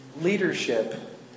leadership